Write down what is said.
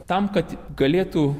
tam kad galėtų